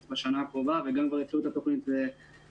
בשנה הקרובה ומאנשים שכבר התחילו את התוכנית קודם